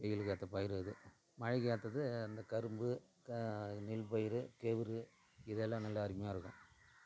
வெயிலுக்கேற்ற பயிரு அது மழைக்கு ஏற்றது இந்த கரும்பு நெல் பயிர் கேவுரு இதெல்லாம் நல்லா அருமையாக இருக்கும்